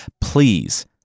Please